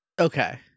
okay